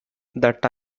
that